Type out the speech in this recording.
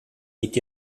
liegt